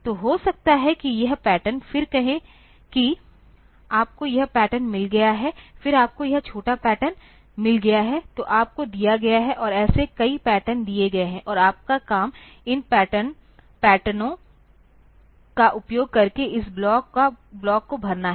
तो हो सकता है कि यह पैटर्न फिर कहें कि आपको यह पैटर्न मिल गया है फिर आपको यह छोटा पैटर्न मिल गया है तो आपको दिया गया है और ऐसे कई पैटर्न दिए गए हैं और आपका काम इन पैटर्नों का उपयोग करके इस ब्लॉक को भरना है